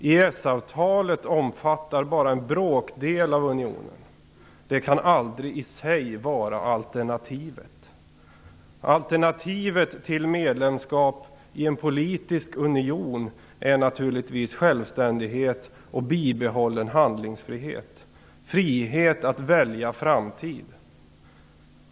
EES-avtalet omfattar bara en bråkdel av vad unionen innebär. Det kan aldrig i sig vara alternativet. Alternativet till medlemskap i en politisk union är naturligtvis självständighet och bibehållen handlingsfrihet, frihet att välja framtid.